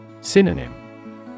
Synonym